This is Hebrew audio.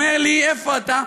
אומר לי: איפה אתה?